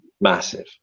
Massive